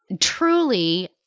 truly